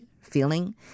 feeling